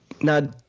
Now